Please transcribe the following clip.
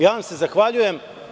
Ja vam se zahvaljujem.